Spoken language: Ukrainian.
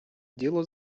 діло